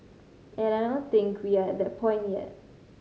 and I don't think we are at that point yet